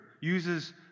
uses